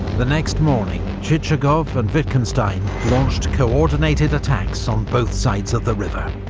the next morning, chichagov and wittgenstein launched co-ordinated attacks on both sides of the river.